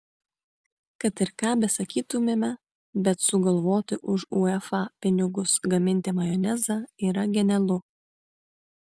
kad ir ką ir besakytumėme bet sugalvoti už uefa pinigus gaminti majonezą yra genialu